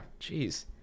Jeez